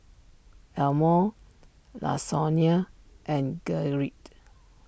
Elmore Lasonya and Gerrit